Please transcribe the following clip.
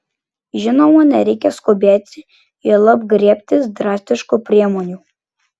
žinoma nereikia skubėti juolab griebtis drastiškų priemonių